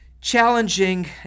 challenging